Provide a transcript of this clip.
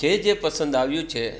જે જે પસંદ આવ્યું છે